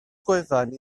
gwefan